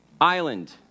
Island